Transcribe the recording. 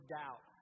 doubt